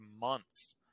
months